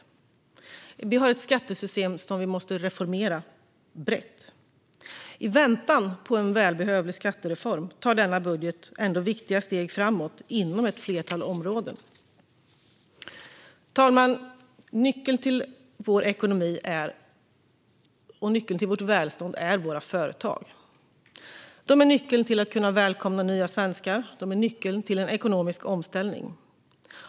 Vi har ett skattesystem som vi måste reformera brett. I väntan på en välbehövlig skattereform tar denna budget ändå viktiga steg framåt inom ett flertal områden. Herr talman! Nyckeln till vår ekonomi och vårt välstånd är våra företag. De är nyckeln till att kunna välkomna nya svenskar och nyckeln till en ekonomisk omställning.